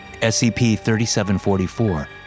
SCP-3744